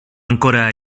ancora